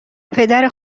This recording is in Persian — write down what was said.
پدر